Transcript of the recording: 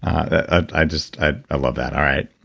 i i just, i i love that. all right.